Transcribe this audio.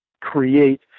create